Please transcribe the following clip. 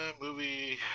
movie